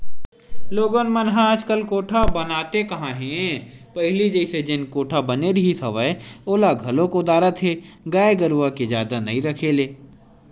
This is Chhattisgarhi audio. लोगन मन ह आजकल कोठा बनाते काँहा हे पहिली जइसे जेन कोठा बने रिहिस हवय ओला घलोक ओदरात हे गाय गरुवा के जादा नइ रखे ले